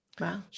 Wow